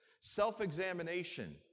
self-examination